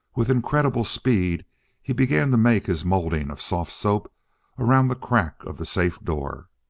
with incredible speed he began to make his molding of soft soap around the crack of the safe door.